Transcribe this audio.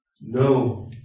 No